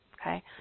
Okay